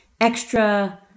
extra